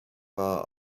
bar